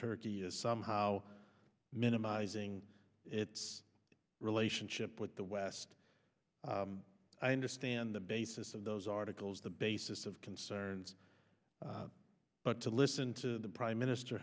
turkey is somehow minimizing its relationship with the west i understand the basis of those articles the basis of concerns but to listen to the prime minister